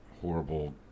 horrible